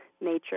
nature